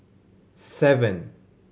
seven